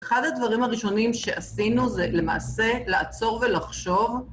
אחד הדברים הראשונים שעשינו זה למעשה לעצור ולחשוב.